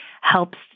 helps